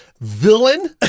Villain